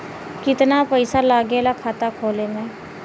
कितना पैसा लागेला खाता खोले में?